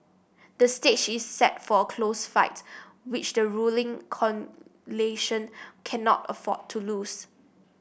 the stage is set for a close fight which the ruling coalition cannot afford to lose